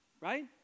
Right